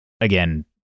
Again